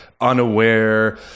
unaware